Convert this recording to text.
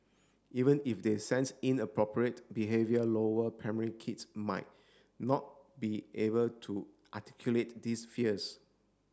even if they sense inappropriate behaviour lower primary kids might not be able to articulate these fears